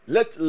Let